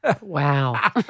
Wow